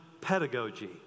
pedagogy